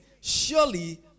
Surely